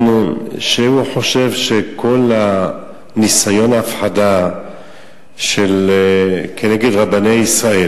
שהוא חושב שכל ניסיון ההפחדה כנגד רבני ישראל,